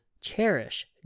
cherish